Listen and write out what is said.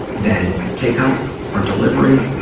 than take-out or delivery.